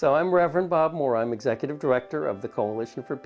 so i'm reverend moore i'm executive director of the coalition for